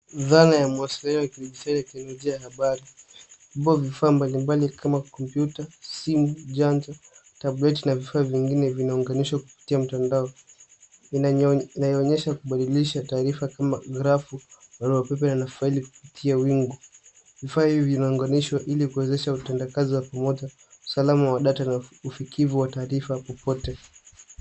Dhana ya atmosfeia ya kidijitali ya teknolojia ya habari ambapo vifaa mbalimbali kama kompyuta, simu, janja, tableti na vifaa vingine vinaunganishwa kupitia mtandao vinanyo- inayoonyesha kubadilisha taarifa kama grafu, barua pepe na faili kupitia wingu. Vifaa hivi vinaunganishwa ili kuwezesha utendakazi wa pamoja, usalama wa data na uf- ufikivu wa taarifa popote.